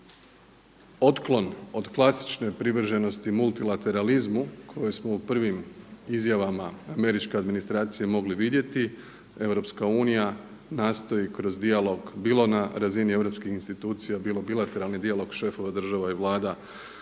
otklon od klasične privrženosti multilateralizmu koje smo u prvim izjavama američke administracije mogli vidjeti. Europska unija nastoji kroz dijalog bilo na razini europskih institucija, bilo bilateralni dijalog šefova država i Vlada